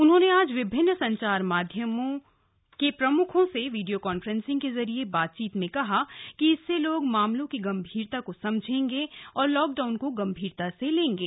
उन्होंने आज विभिन्न संचार माध्यमों के प्रमुखों से वीडियो कांफ्रेंसिंग के जरिए बातचीत में कहा कि इससे लोग मामले की गंभीरता को समझेंगे और लॉकडाउन को गंभीरता से लेंगे